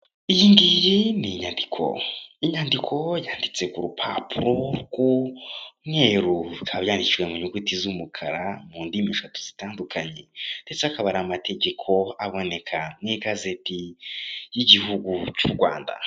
Iyi ngiyi ni inyandiko, inyandiko yanditse ku rupapuro rw'umweru, bikaba byandikishijwe mu nyuguti z'umukara mu ndimi eshatu zitandukanye, ndetse akaba ari amategeko aboneka mu igazeti y'igihugu cy'u Rwanda.